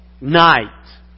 night